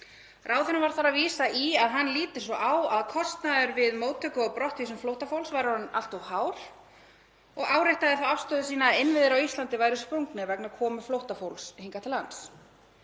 Ráðherrann var þar að vísa í að hann líti svo á að kostnaður við móttöku og brottvísun flóttafólks væri orðinn allt of hár og áréttaði þá afstöðu sína að innviðir á Íslandi væru sprungnir vegna komu flóttafólks hingað til lands.